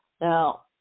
Now